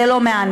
זה לא מעניין.